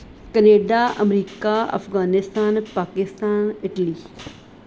Canada America Afghanistan Pakistan Italy